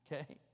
Okay